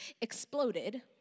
exploded